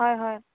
হয় হয়